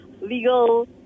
legal